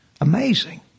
Amazing